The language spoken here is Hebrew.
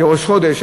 כראש חודש,